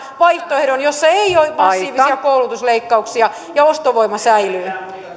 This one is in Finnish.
vaihtoehdon jossa ei ole passiivisia koulutusleikkauksia ja ostovoima säilyy